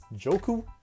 Joku